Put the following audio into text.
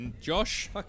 Josh